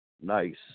Nice